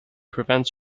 prevent